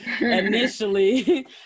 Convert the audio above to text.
initially